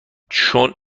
چون